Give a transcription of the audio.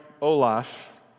Olaf